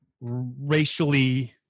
racially